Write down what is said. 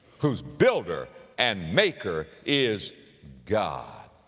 whose builder and maker is god.